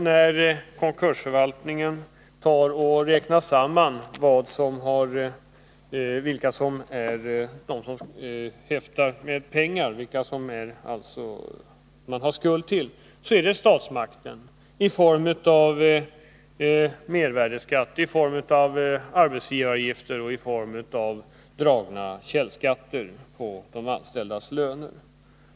När konkursförvaltningen räknar samman skulderna finner man att det är fråga om skulder till statsmakten i form av mervärdeskatt, arbetsgivaravgifter och dragna källskatter på de anställdas löner.